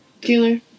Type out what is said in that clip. Dealer